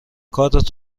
کارت